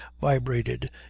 vibrated